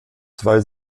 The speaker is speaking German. zwei